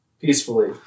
peacefully